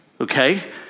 Okay